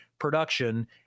production